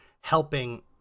helping